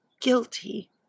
guilty